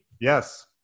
Yes